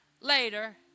later